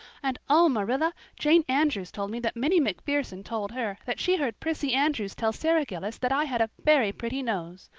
and oh, marilla, jane andrews told me that minnie macpherson told her that she heard prissy andrews tell sara gillis that i had a very pretty nose.